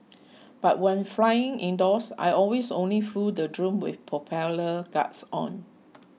but when flying indoors I always only flew the drone with propeller guards on